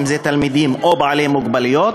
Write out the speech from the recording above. אם זה תלמידים או בעלי מוגבלויות,